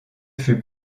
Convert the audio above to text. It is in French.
fut